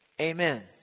Amen